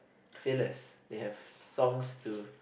fillers they have songs to